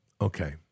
Okay